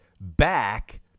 back